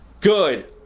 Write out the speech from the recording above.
Good